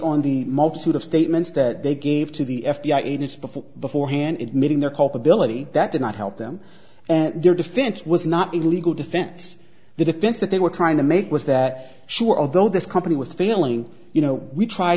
on the multitude of statements that they gave to the f b i agents before beforehand admitting their culpability that did not help them and their defense was not a legal defense the defense that they were trying to make was that sure although this company was failing you know we try